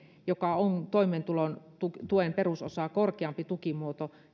joka on toimeentulotuen perusosaa korkeampi tukimuoto